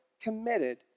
committed